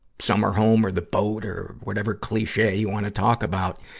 summer home or the boat or whatever cliche you wanna talk about,